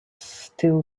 still